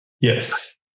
Yes